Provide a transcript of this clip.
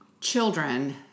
children